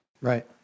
right